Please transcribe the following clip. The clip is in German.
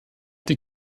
die